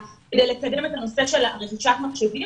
כדי לקדם את הנושא של רכישת מחשבים,